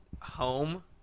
home